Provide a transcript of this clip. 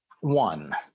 one